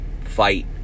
Fight